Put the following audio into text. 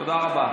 תודה רבה.